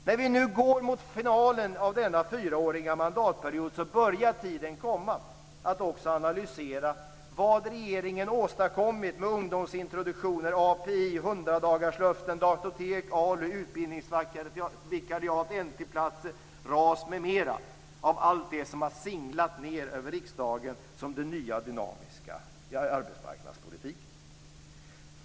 När vi nu går mot finalen av denna fyraåriga mandatperiod börjar tiden komma att också analysera vad regeringen åstadkommit med ungdomsintroduktioner, API, hundradagarslöften, datortek, ALU, utbildningsvikariat, NT-platser, RAS m.m. - allt det som singlat ned över riksdagen som den nya, dynamiska arbetsmarknadspolitiken.